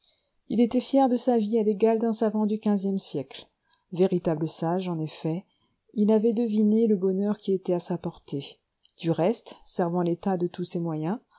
il était fier de sa vie à l'égal d'un savant du quinzième siècle véritable sage en effet il avait deviné le bonheur qui était à sa portée du reste servant l'état de tous ses moyens